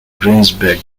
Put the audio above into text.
greensburg